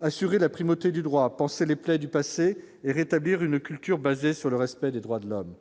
assurer la primauté du droit à panser les plaies du passé et rétablir une culture basée sur le respect des droits de l'homme,